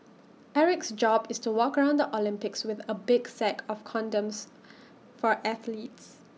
Eric's job is to walk around the Olympics with A big sack of condoms for athletes